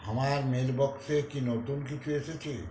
আমার মেলবক্সে কি নতুন কিছু এসেছে